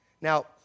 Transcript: now